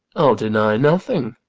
i'll deny nothing.